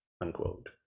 unquote